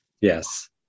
Yes